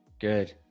Good